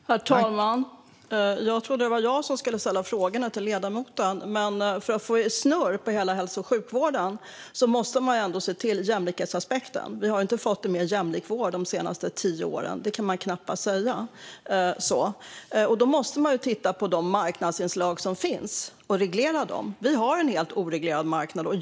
Herr talman! Jag trodde att det var jag som skulle ställa frågorna till ledamoten. Men för att få snurr på hela hälso och sjukvården måste man ändå se till jämlikhetsaspekten. Man kan knappast säga att vi har fått en mer jämlik vård de senaste tio åren. Då måste man titta på de marknadsinslag som finns och reglera dem. Vi har en helt oreglerad marknad.